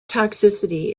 toxicity